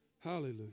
Hallelujah